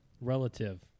Relative